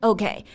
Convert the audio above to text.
Okay